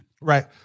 right